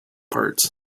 parts